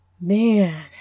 man